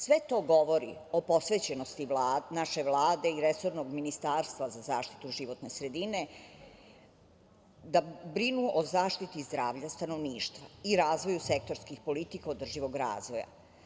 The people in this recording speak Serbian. Sve to govori o posvećenosti naše Vlade i resornog Ministarstva za zaštitu životne sredine, da brinu o zaštiti zdravlja stanovništva i razvoju sektorskih politika održivog razvoja.